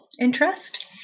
interest